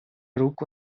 руку